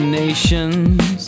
nations